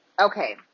Okay